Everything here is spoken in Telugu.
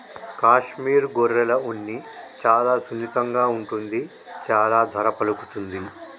కాశ్మీర్ గొర్రెల ఉన్ని చాలా సున్నితంగా ఉంటుంది చాలా ధర పలుకుతుంది